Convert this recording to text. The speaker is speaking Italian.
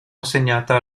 assegnata